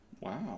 Wow